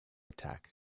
attack